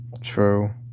True